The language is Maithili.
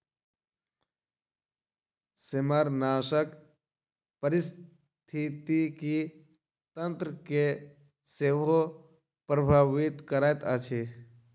सेमारनाशक पारिस्थितिकी तंत्र के सेहो प्रभावित करैत अछि